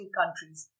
countries